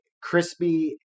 crispy